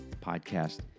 podcast